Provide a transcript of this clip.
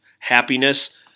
happiness